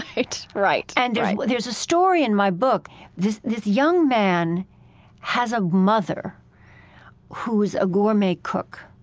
right. right and right there's a story in my book this this young man has a mother who is a gourmet cook.